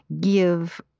give